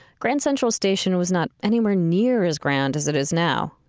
grand central station was not anywhere near as grand as it is now,